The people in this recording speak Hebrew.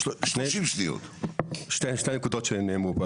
שתי נקודות שנאמרו פה.